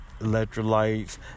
electrolytes